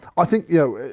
i think you know,